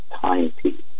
timepiece